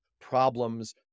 problems